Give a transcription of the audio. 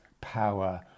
power